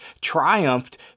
triumphed